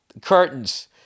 curtains